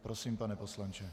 Prosím, pane poslanče.